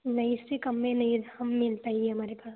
नहीं इससे कम में नहीं हाँ मिलता ये हमारे पास